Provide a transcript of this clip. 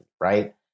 right